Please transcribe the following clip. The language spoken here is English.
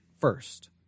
first